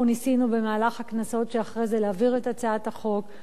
אנחנו ניסינו במהלך הכנסות שאחרי זה להעביר את הצעת החוק,